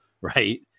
right